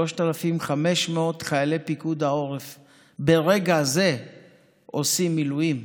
3,500 חיילי פיקוד העורף ברגע זה עושים מילואים,